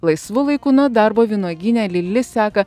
laisvu laiku nuo darbo vynuogyne lili seka